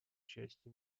части